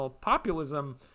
populism